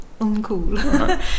Uncool